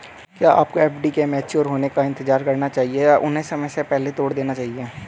क्या आपको एफ.डी के मैच्योर होने का इंतज़ार करना चाहिए या उन्हें समय से पहले तोड़ देना चाहिए?